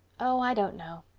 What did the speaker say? oh, i don't know.